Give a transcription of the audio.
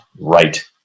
right